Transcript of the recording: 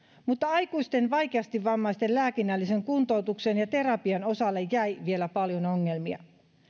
mutta aikuisten vaikeasti vammaisten lääkinnällisen kuntoutuksen ja terapian osalle jäi vielä paljon ongelmia